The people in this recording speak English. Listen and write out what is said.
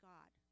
God